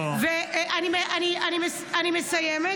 מצד אחד לגייס, ומצד שני זה